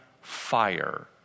fire